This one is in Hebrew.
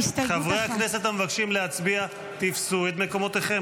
חברי הכנסת המבקשים להצביע, תפסו את מקומותיכם.